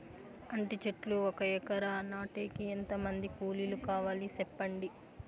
అంటి చెట్లు ఒక ఎకరా నాటేకి ఎంత మంది కూలీలు కావాలి? సెప్పండి?